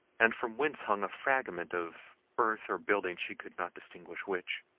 and from whence hung a fragment of earth or building, she could not distinguish which,